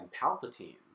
Palpatine